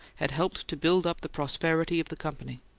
had helped to build up the prosperity of the company.